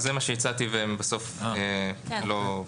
זה מה שהצעתי והם לא בסוף לא קיבלו.